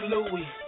Louis